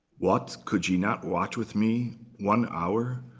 what? could ye not watch with me one hour?